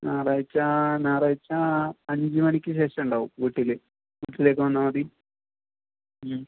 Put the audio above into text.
ഞാറാഴ്ച്ച ഞാറാഴ്ച്ച അഞ്ച് മണിക്ക് ശേഷം ഉണ്ടാവും വീട്ടിൽ വീട്ടിലേക്ക് വന്നാൽ മതി മ്